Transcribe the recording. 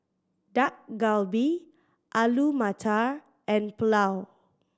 Dak Galbi Alu Matar and Pulao